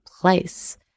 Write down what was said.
place